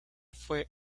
fue